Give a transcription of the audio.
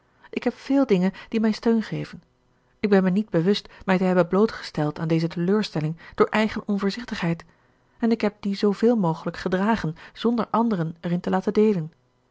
ik heb veel dingen die mij steun geven ik ben mij niet bewust mij te hebben blootgesteld aan deze teleurstelling door eigen onvoorzichtigheid en ik heb die zooveel mogelijk gedragen zonder anderen erin te laten deelen